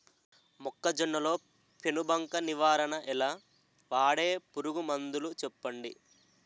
మొక్కజొన్న లో పెను బంక నివారణ ఎలా? వాడే పురుగు మందులు చెప్పండి?